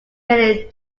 many